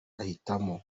ahitamo